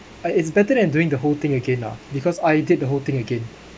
uh it's better than doing the whole thing again lah because I did the whole thing again